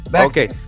okay